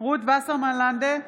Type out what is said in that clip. רות וסרמן לנדה,